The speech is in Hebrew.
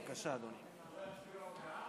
אולי יצביעו בעד?